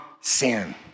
sin